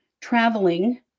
traveling